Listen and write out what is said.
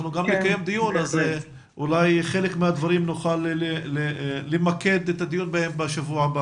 גם הוועדה תקיים דיון ואולי נוכל למקד את הדיון בחלק מהדברים האלה.